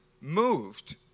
moved